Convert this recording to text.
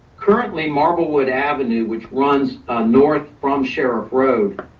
currently, marble wood avenue, which runs north from sheriff road